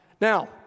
Now